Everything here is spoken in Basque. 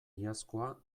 iazkoa